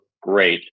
great